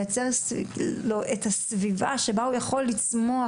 לייצר לו את הסביבה שבה הוא יכול לצמוח,